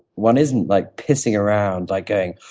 one isn't like pissing around like going,